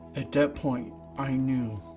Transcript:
at that point i knew